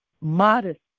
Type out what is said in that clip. modest